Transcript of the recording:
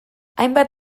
hainbat